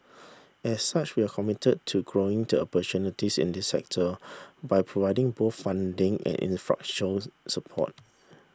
as such we are committed to growing to opportunities in this sector by providing both funding and infrastructure support